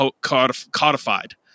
codified